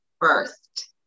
first